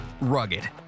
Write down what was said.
rugged